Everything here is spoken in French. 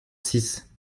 six